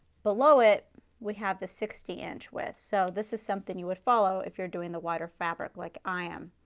below it we have the sixty inch width. so this is something you would follow, if you're doing the wider fabric like i am.